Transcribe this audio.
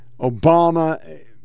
Obama